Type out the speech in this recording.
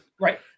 Right